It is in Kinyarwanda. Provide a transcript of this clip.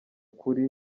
ukuri